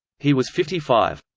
he was fifty five.